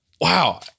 Wow